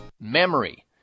Memory